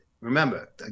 remember